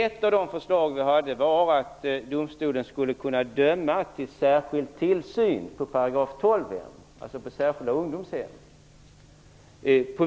Ett av våra förslag var att domstolen skulle kunna döma till särskild tillsyn på viss tid på § 12-hem, alltså särskilda ungdomshem,